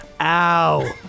Ow